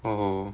oh